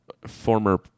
former